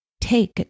take